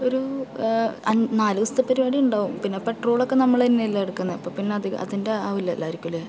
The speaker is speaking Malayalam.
ഒരു നാലുദിവസത്തെ പരിപാടി ഉണ്ടാവും പിന്നെ പെട്രോളൊക്കെ നമ്മൾ തന്നെയല്ലേ എടുക്കുന്നത് അപ്പൊൾ പിന്നെ അധികം അതിന്റെ ആവില്ലായിരിക്കും അല്ലേ